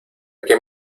qué